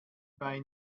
bei